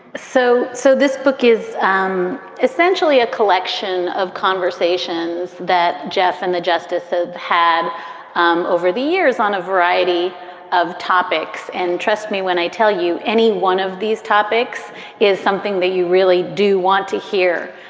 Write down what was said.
so so this book is um essentially a collection of conversations that jeff and the justices had um over the years on a variety of topics and trust me when i tell you any one of these topics is something that you really do want to hear,